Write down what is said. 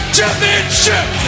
Championship